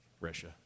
Russia